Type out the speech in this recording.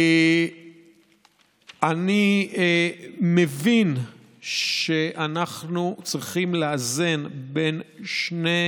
אני מבין שאנחנו צריכים לאזן בין שני